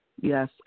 Yes